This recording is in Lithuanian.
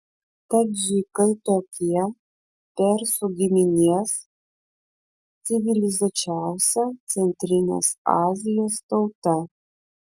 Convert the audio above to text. tadžikai tokie persų giminės civilizuočiausia centrinės azijos tauta